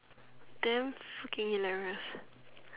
damn fucking hilarious